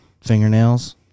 fingernails